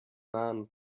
man